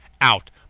out